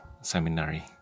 Seminary